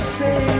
say